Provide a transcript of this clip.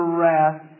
wrath